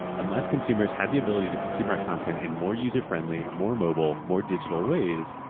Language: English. unless consumers have the ability to consume our content in more user-friendly, more mobile, more digital ways,